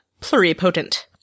pluripotent